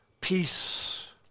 peace